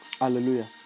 Hallelujah